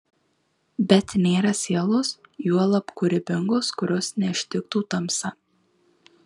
bet nėra sielos juolab kūrybingos kurios neištiktų tamsa